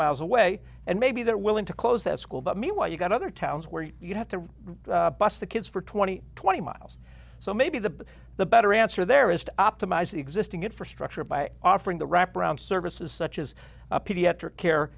miles away and maybe they're willing to close that school but meanwhile you've got other towns where you have to bus the kids for twenty twenty miles so maybe the the better answer there is to optimize the existing infrastructure by offering the wraparound services such as a pediatric care